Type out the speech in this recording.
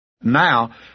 Now